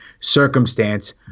circumstance